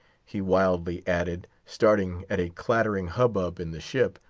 he wildly added, starting at a clattering hubbub in the ship,